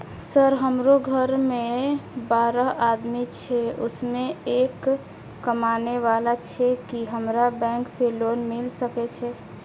Sir हमरो घर में बारह आदमी छे उसमें एक कमाने वाला छे की हमरा बैंक से लोन मिल सके छे?